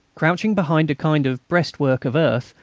crouching behind a kind of breastwork of earth,